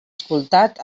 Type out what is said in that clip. escoltat